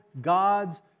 God's